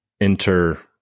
enter